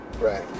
right